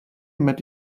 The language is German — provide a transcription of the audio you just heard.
mit